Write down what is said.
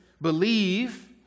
believe